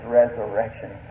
resurrection